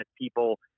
people